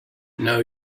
now